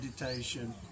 meditation